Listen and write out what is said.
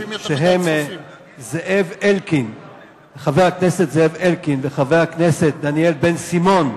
שהם חבר הכנסת זאב אלקין וחבר הכנסת דניאל בן-סימון,